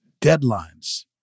deadlines